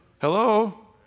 Hello